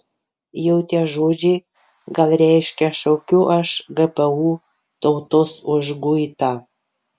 jau tie žodžiai gal reiškia šaukiu aš gpu tautos užguitą